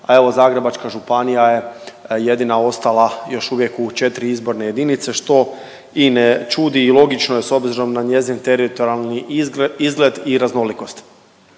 a evo Zagrebačka županija je jedina ostala još uvijek u 4 izborne jedinice što i ne čudi i logično je s obzirom na njezin teritorijalni izgled i raznolikost.